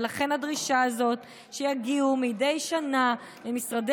ולכן הדרישה הזאת שיגיעו מדי שנה למשרדי